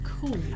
Cool